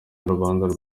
y’urubanza